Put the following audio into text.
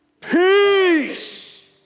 peace